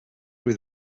grew